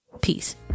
Peace